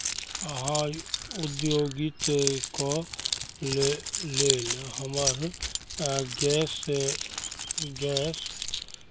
अहाँ औद्योगिकके ले लेल हमर गैस गैस